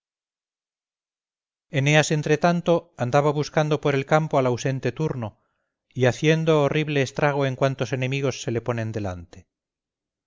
eneas entre tanto andaba buscando por el campo al ausente turno y haciendo horrible estrago en cuantos enemigos se le ponen delante